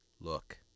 Look